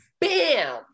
bam